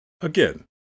Again